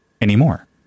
anymore